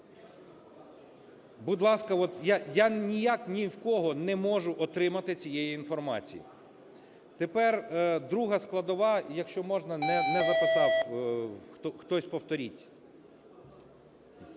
Будь ласка, от я ніяк ні в кого не можу отримати цієї інформації. Тепер друга складова, Якщо можна, не записав, хтось повторіть.